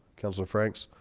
kelso franks